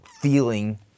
feeling